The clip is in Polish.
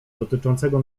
dotyczącego